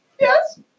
Yes